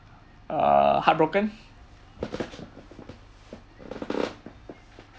err heartbroken